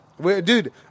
Dude